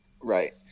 Right